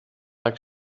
like